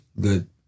Good